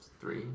Three